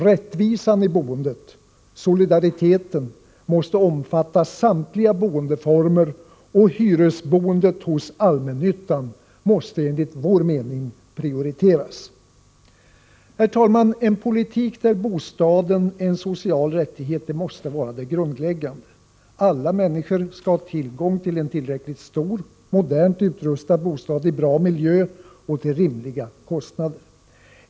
Rättvisan i boendet, solidariteten, måste omfatta samtliga boendeformer, och hyresboendet hos allmännyttan måste enligt vår mening prioriteras. Herr talman! En politik där bostaden är en social rättighet måste vara det grundläggande. Alla människor skall ha tillgång till en tillräckligt stor, modernt utrustad bostad i bra miljö och till rimliga kostnader.